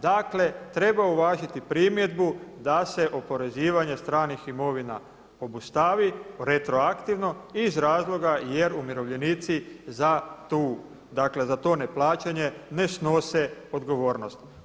Dakle, treba uvažiti primjedbu da se oporezivanje stranih imovina obustavi retroaktivno iz razloga jer umirovljenici za tu, dakle za to neplaćanje ne snose odgovornost.